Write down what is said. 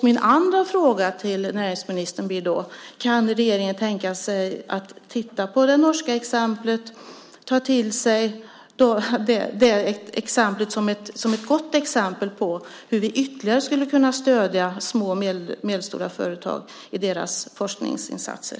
Min andra fråga till näringsministern blir då: Kan regeringen tänka sig att titta på det norska exemplet och ta till sig det som ett gott exempel på hur vi ytterligare skulle kunna stödja små och medelstora företag i deras forskningsinsatser?